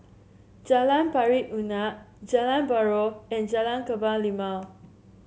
Jalan Pari Unak Jalan Buroh and Jalan Kebun Limau